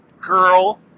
girl